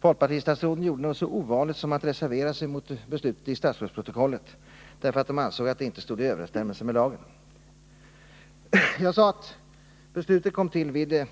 Folkpartistatsråden gjorde något så ovanligt som att reservera sig mot beslutet i statsrådsprotokollet, därför att de ansåg att det inte stod i överensstämmelse med lagen. Jag sade att beslutet kom till vid